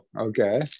okay